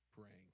praying